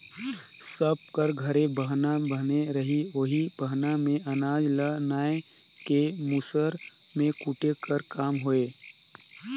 सब कर घरे बहना बनले रहें ओही बहना मे अनाज ल नाए के मूसर मे कूटे कर काम होए